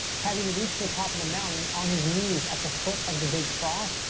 having reached the top of the mountain, on his knees at the foot of the big cross,